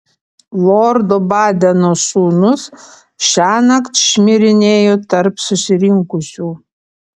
lordo badeno sūnus šiąnakt šmirinėjo tarp susirinkusių